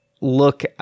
look